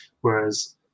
Whereas